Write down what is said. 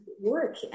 work